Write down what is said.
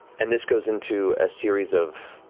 and this goes into a series of